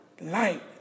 light